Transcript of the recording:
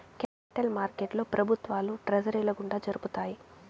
capital మార్కెట్లో ప్రభుత్వాలు ట్రెజరీల గుండా జరుపుతాయి